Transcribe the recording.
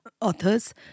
authors